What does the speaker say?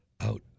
out